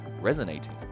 resonating